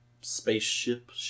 spaceship